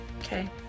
okay